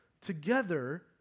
Together